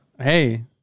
Hey